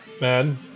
man